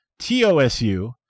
TOSU